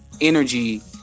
energy